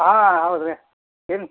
ಹಾಂ ಹೌದು ರೀ ಏನು